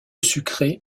sucré